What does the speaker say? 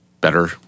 better